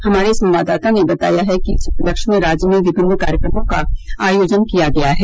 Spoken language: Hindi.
हमारे संवाददाता ने बताया है कि इस उपलक्ष्य में राज्य में विभिन्न कार्यक्रमों का आयोजन किया गया है